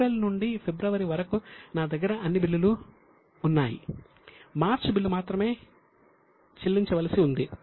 April నుండి February వరకు నా దగ్గర అన్ని బిల్లులు ఉన్నాయి మార్చి బిల్లు మాత్రమే ఇంకా చెల్లించవలసి ఉంది